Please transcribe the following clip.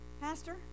Pastor